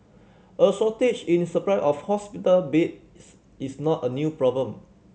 a shortage in supply of hospital beds is not a new problem